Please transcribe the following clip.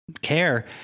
care